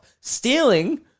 Stealing